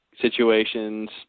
situations